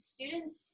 Students